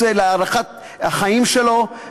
ואני לא רוצה לומר להארכת החיים שלו,